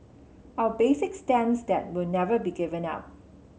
our basic stance that will never be given up